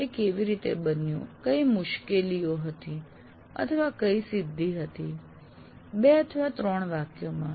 તે કેવી રીતે બન્યું કઈ મુશ્કેલીઓ હતી અથવા કઈ સિદ્ધિ હતી 2 અથવા 3 વાક્યોમાં